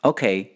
Okay